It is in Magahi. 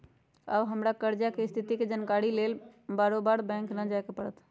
अब हमरा कर्जा के स्थिति के जानकारी लेल बारोबारे बैंक न जाय के परत्